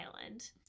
island